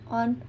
on